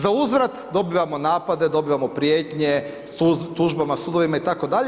Zauzvrat dobivamo napade, dobivamo prijetnje, tužbama, sudovima itd.